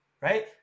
Right